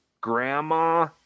grandma